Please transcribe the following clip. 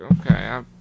okay